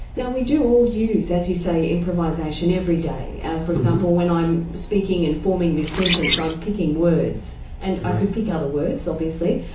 now we do all use as you say improvisation every day and for example when i'm speaking and forming this sentence i'm picking words words and i could pick other words, obviously.